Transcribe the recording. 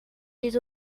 les